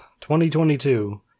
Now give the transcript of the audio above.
2022